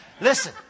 Listen